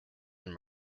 and